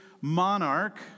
monarch